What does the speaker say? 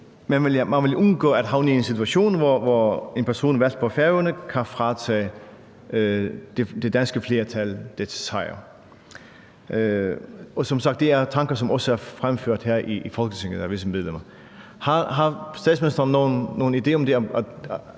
man vil undgå at havne i en situation, hvor en person valgt på Færøerne kan fratage det danske flertal dets sejr. Og det er som sagt tanker, som også er fremført her i Folketinget af visse medlemmer. Har statsministeren nogen tanker om den